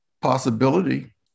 possibility